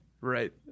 Right